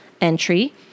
entry